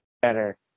better